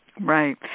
Right